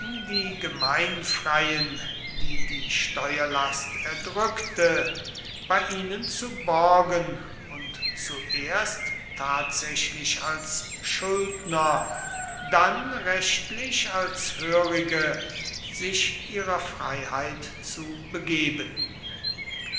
die gemeinfreien die die steuerlast erdrückte bei ihnen zu borgen und zuerst tatsächlich als schuldner dann rechtlich als hörige sich ihrer freiheit zu begeben